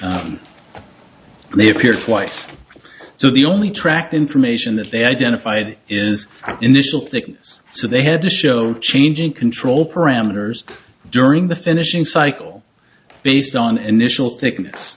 five they appeared twice so the only track information that they identified is an initial thickness so they had to show changing control parameters during the finishing cycle based on initial thickness